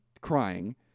crying